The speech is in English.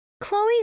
Chloe